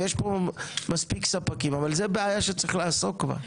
יש פה מספיק ספקים, אבל זה בעיה שצריך לעסוק בה.